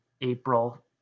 April